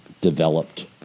developed